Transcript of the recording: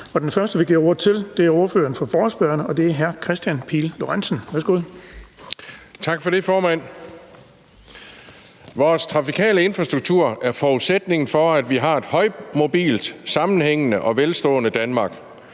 Værsgo. Kl. 19:57 Forhandling (Ordfører for forespørgerne) Kristian Pihl Lorentzen (V): Tak for det, formand. Vores trafikale infrastruktur er forudsætningen for, at vi har et højmobilt, sammenhængende og velstående Danmark.